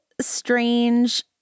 strange